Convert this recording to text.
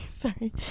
Sorry